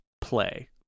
play